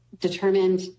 determined